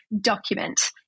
document